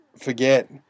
forget